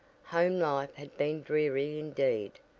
home life had been dreary indeed,